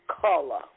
color